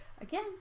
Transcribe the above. again